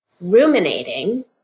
ruminating